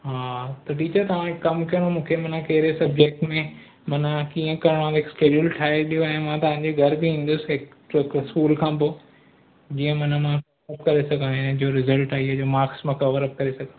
हा त टीचर तव्हां हिकु कमु कयो न मूंखे माना कहिड़े सब्जैक्ट में माना कीअं करणो आहे हिकु स्कैड्युल ठाहे ॾियो ऐं मां तव्हांजे घरि बि ईंदुसि हिन स्कूल खां पोइ जीअं माना मां टॉप करे सघां ऐं जो रिसल्ट आई आहे जे माक्स मां कवर अप करे सघां